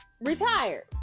retired